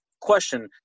question